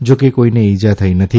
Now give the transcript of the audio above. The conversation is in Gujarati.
જા કે કોઇને ઇજા થઇ નથી